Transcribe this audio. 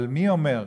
אבל מי אומר,